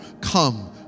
Come